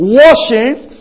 washings